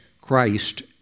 Christ